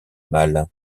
mal